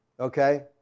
Okay